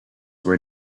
were